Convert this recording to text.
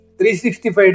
365